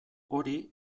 hori